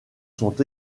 sont